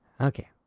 Okay